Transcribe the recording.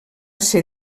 ser